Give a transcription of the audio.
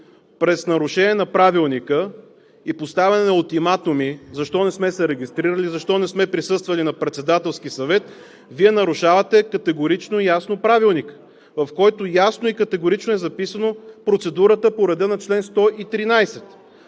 през нарушение на Правилника и поставяне на ултиматуми защо не сме се регистрирали, защо не сме присъствали на Председателския съвет Вие нарушавате Правилника, в който ясно и категорично е записана процедурата по реда на чл. 113.